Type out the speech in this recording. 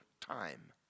time